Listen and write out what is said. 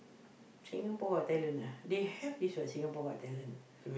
Singapore's-Got-Talent ah they have this what Singapore's-Got-Talent